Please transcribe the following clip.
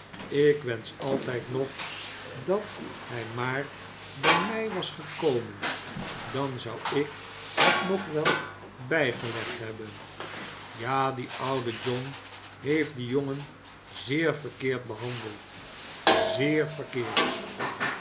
ik wensch altijd nog dat hij maar bij mij was gekomen dan zou ik het nog wel bijgelegd hebben ja die oude john heeft dien jongen zeer verkeerd behandeld zeer verkeerd